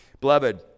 Beloved